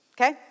okay